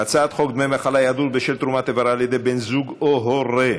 הצעת חוק דמי מחלה (היעדרות בשל תרומת איבר על ידי בן זוג או הורה)